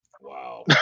Wow